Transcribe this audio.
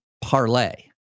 parlay